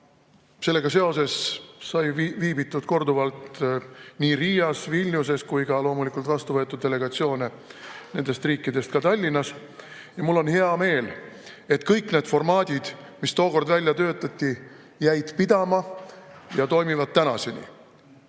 sellega seoses sai viibitud korduvalt Riias ja Vilniuses ning loomulikult vastu võetud delegatsioone nendest riikidest ka Tallinnas. Ja mul on hea meel, et kõik need formaadid, mis tookord välja töötati, jäid pidama ja toimivad tänaseni.